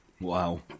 Wow